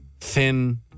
thin